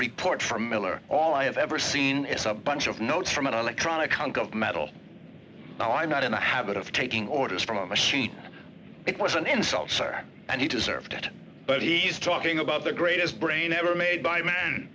report from miller all i have ever seen is a bunch of notes from an electronic hunk of metal oh i'm not in the habit of taking orders from a sheet it was an insult and he deserved it but ease talking about the greatest brain ever made by man